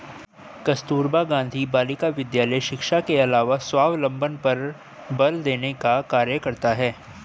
कस्तूरबा गाँधी बालिका विद्यालय शिक्षा के अलावा स्वावलम्बन पर बल देने का कार्य करता है